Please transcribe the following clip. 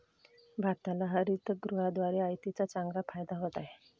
भारताला हरितगृहाद्वारे आयातीचा चांगला फायदा होत आहे